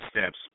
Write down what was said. steps